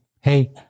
hey